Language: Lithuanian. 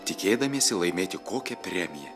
tikėdamiesi laimėti kokią premiją